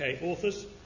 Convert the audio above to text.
authors